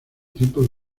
tiempo